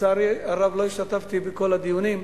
לצערי הרב לא השתתפתי בכל הדיונים,